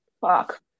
Fuck